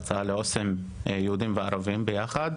יהודים וערבים ביחד.